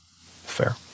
Fair